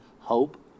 Hope